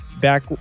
back